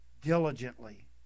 diligently